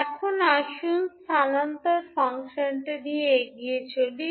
এখন আসুন স্থানান্তর ফাংশনটি নিয়ে এগিয়ে চলি